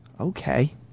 Okay